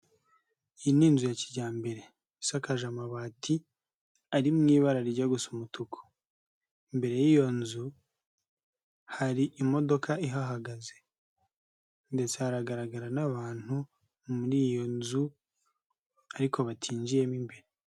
Iyi ni inzu ya kijyambere isakaje amabati ari mu ibara rijya gusa umutuku imbere y'iyo nzu hari imodoka ihagaze ndetse hagaragara n'abantu muri iyo nzu ariko batinjiyemo im imbere.